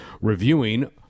reviewing